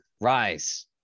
rise